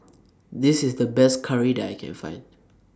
This IS The Best Curry that I Can Find